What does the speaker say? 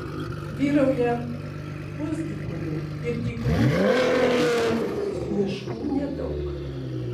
vyrauja pusdykumių ir dykumų kraštovaizdžiai miškų nedaug